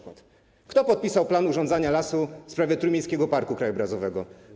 Kto podpisał plan urządzania lasu w sprawie Trójmiejskiego Parku Krajobrazowego?